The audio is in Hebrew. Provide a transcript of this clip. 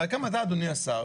וגם אתה אדוני השר,